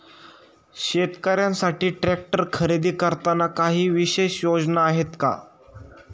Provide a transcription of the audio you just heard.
शेतकऱ्यांसाठी ट्रॅक्टर खरेदी करताना काही विशेष योजना आहेत का?